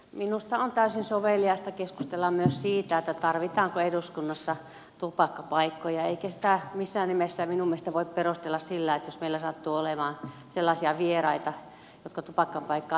minusta on täysin soveliasta keskustella myös siitä tarvitaanko eduskunnassa tupakkapaikkoja eikä sitä missään nimessä minun mielestäni voi perustella sillä että jos meillä sattuu olemaan sellaisia vieraita jotka tupakkapaikkaa tarvitsisivat